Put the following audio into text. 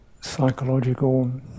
psychological